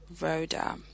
Rhoda